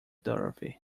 dorothy